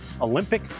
Olympic